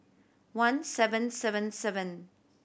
one seven seven seven